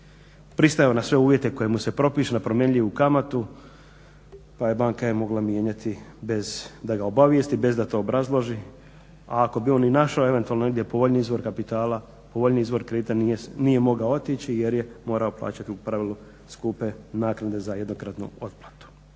pristajao je na sve uvjete koji mu se propišu na promjenjivu kamatu pa je banka mogla mijenjati bez da ga obavijesti, bez da to obrazloži. A ako bi on i našao eventualno negdje povoljniji izvor kapitala, povoljniji izvor kredita nije mogao otići jer je morao plaćati u pravilu skupe naknade za jednokratnu otplatu.